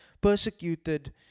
persecuted